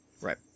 Right